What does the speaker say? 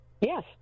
Yes